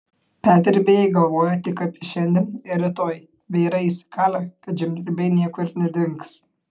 perdirbėjai galvoja tik apie šiandien ir rytoj bei yra įsikalę kad žemdirbiai niekur nedings